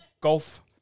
golf